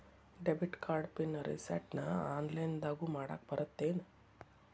debit card pin ರಿಸೆಟ್ನ ಆನ್ಲೈನ್ದಗೂ ಮಾಡಾಕ ಬರತ್ತೇನ್